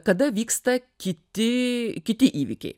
kada vyksta kiti kiti įvykiai